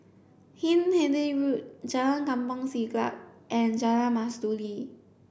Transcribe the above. Hindhede Road Jalan Kampong Siglap and Jalan Mastuli